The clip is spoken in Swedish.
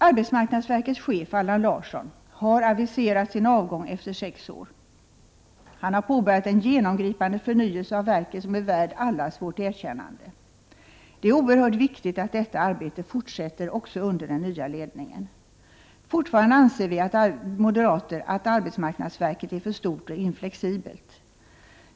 Arbetsmarknadsverkets chef, Allan Larsson, har aviserat sin avgång efter sex år. Han har påbörjat en genomgripande förnyelse av verket som är värd allas vårt erkännande. Det är oerhört viktigt att detta arbete fortsätter också under den nya ledningen. Fortfarande anser vi moderater att arbetsmarknadsverket är för stort och oflexibelt.